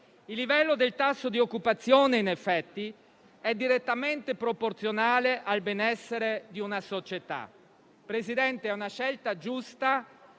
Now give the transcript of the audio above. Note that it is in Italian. Il livello del tasso di occupazione, in effetti, è direttamente proporzionale al benessere di una società. Signor Presidente, è una scelta giusta